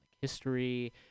history